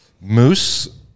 moose